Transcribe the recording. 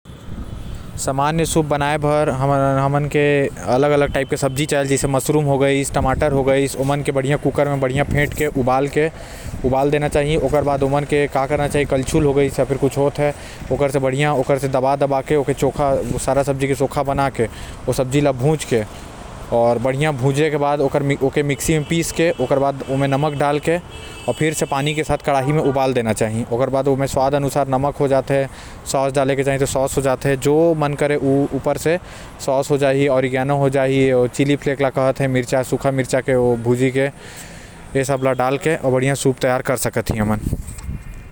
सामान्य सूप बनाए बर हमन के सब्जी चाही जैस मशरूम हो गाइस, टमाटर हो गाइस, ओमन के कूकर म बधिया उबाल के फेंट लेना चाही। कळछुल से आऊ ओकर बाद दबा दबा के सारा सब्जी के चोखा बना के रख लेना चाही। साथ म अगर चाहिए त सॉस के प्रयोग कर लेना चाही।